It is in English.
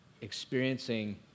experiencing